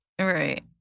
Right